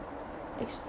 ex~